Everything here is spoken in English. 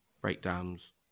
breakdowns